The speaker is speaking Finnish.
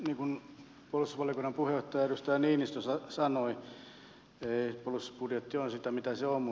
niin kuin puolustusvaliokunnan puheenjohtaja edustaja niinistö sanoi puolustusbudjetti on sitä mitä se on